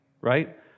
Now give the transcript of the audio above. Right